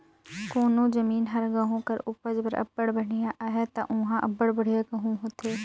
कोनो जमीन हर गहूँ कर उपज बर अब्बड़ बड़िहा अहे ता उहां अब्बड़ बढ़ियां गहूँ होथे